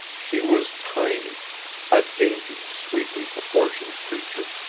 she was tiny a dainty, sweetly proportioned creature,